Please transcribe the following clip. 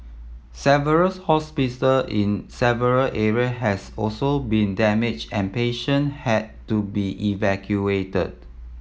several in several area has also been damaged and patient had to be evacuated